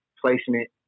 placement